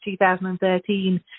2013